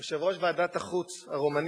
יושב-ראש ועדת החוץ הרומני,